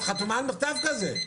את חתומה על מכתב כזה.